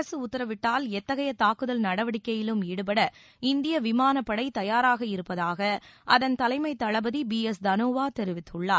அரசு உத்தரவிட்டால் எத்தகைய தாக்குதல் நடவடிக்கையிலும் ஈடுபட இந்திய விமானப்படை தயாராக இருப்பதாக அதன் தலைமைத் தளபதி பி எஸ் தனோவா தெரிவித்துள்ளார்